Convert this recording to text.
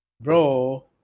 Bro